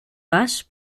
pas